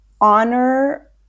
honor